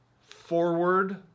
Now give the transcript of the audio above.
forward